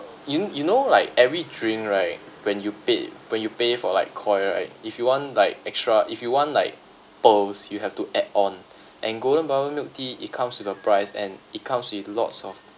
you you know like every drink right when you pay when you pay for like Koi right if you want like extra if you want like pearls you have to add on and golden bubble milk tea it comes with the price and it comes with lots of